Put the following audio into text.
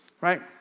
Right